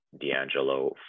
D'Angelo